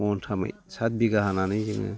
महनथामै सात बिगा हानानै जोङो